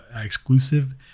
exclusive